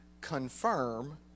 confirm